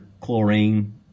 chlorine